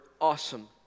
awesome